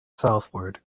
southward